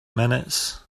minutes